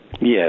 Yes